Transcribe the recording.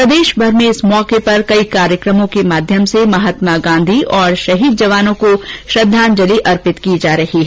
प्रदेशभर में इस अवसर पर कई कार्यक्रमों के माध्यम से महात्मा गांधी और शहीद जवानों को श्रद्धाजंलि अर्पित की जा रही है